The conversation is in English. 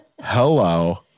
Hello